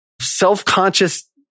self-conscious